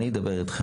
אני אדבר איתכם,